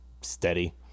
Steady